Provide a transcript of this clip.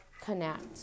connect